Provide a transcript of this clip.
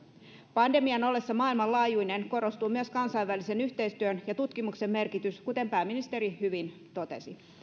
pandemian ollessa maailmanlaajuinen korostuu myös kansainvälisen yhteistyön ja tutkimuksen merkitys kuten pääministeri hyvin totesi